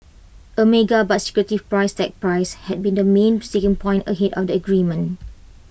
A mega but secretive price tag price had been the main sticking point ahead of the agreement